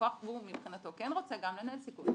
הלקוח מבחינתו כן רוצה גם לנהל סיכונים.